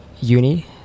uni